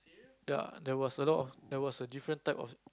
ya there was a lot of there was different type of